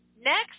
Next